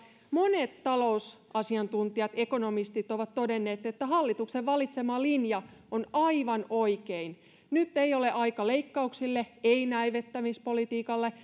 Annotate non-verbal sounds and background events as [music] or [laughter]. monet talousasiantuntijat ekonomistit ovat todenneet että hallituksen valitsema linja on aivan oikein nyt ei ole aika leikkauksille ei näivettämispolitiikalle [unintelligible]